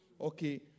okay